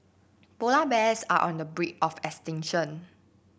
polar bears are on the brink of extinction